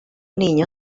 niño